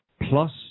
plus